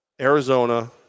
Arizona